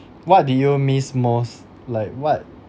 what do you miss most like what